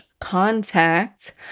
contact